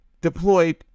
deployed